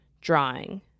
drawing